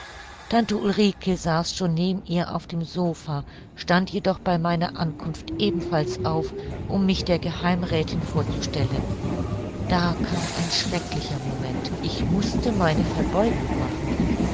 tante ulrike saß schon neben ihr auf dem sopha stand jedoch bei meiner ankunft ebenfalls auf um mich der geheimräthin vorzustellen da kam ein schrecklicher moment ich mußte meine verbeugung machen